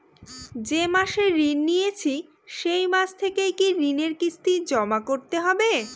যে মাসে ঋণ নিয়েছি সেই মাস থেকেই কি ঋণের কিস্তি জমা করতে হবে?